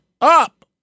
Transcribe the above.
up